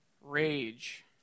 rage